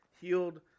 healed